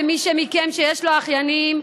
מי מכם שיש לו אחיינים,